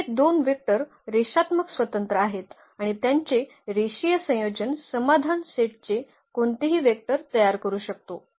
तर हे दोन वेक्टर रेषात्मक स्वतंत्र आहेत आणि त्यांचे रेषीय संयोजन समाधान सेट चे कोणतेही वेक्टर तयार करू शकतो